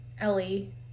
Ellie